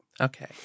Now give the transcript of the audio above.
Okay